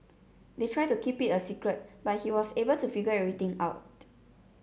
they tried to keep it a secret but he was able to figure everything out